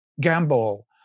gamble